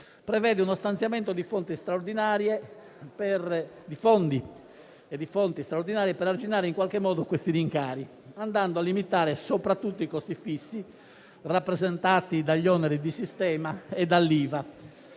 prevede uno stanziamento di fondi straordinari per arginare in qualche modo questi rincari, limitando soprattutto i costi fissi, rappresentati dagli oneri di sistema e dall'IVA.